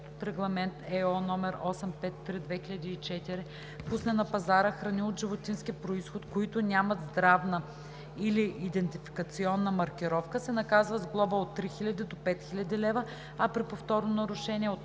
от Регламент (ЕО) № 853/2004 пусне на пазара храни от животински произход, които нямат здравна или идентификационна маркировка, се наказва с глоба в размер от 3000 до 5000 лв., а при повторно нарушение –